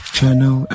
Channel